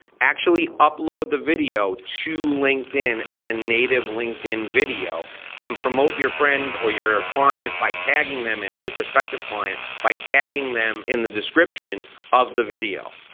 actually upload the video to linkedin as a native linkedin video and promote your friend or your ah client by tagging them in it, your prospective client by tagging them in the description of the video.